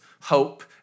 hope